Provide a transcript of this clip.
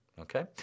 Okay